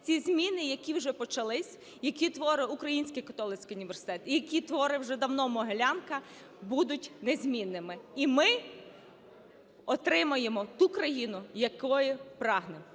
Ці зміни, які вже почались, які творить Український католицький університет, які творить вже давно Могилянка, будуть незмінними, і ми отримаємо ту країну, якої прагнемо.